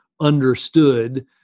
understood